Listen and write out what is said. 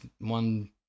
one